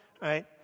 right